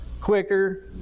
quicker